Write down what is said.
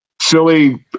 silly